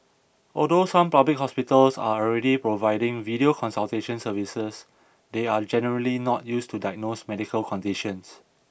although some public hospitals are already providing video consultation services they are generally not used to diagnose medical conditions